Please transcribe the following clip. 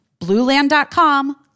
Blueland.com